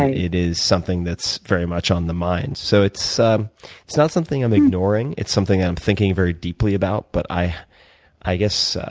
it is something that's very much on the mind. so it's um it's not something i'm ignoring. it's something that i'm thinking very deeply about. but i i guess